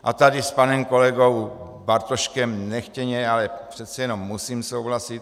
A tady s panem kolegou Bartoškem nechtěně, ale přece jenom musím souhlasit.